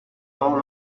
all